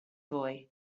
boy